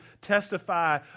testify